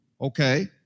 okay